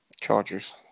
Chargers